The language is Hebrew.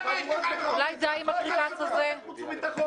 פה זה ועדת החוץ והביטחון.